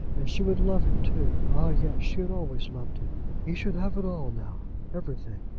and she would love him too. ah, yes she had always loved him! he should have it all now everything,